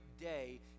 day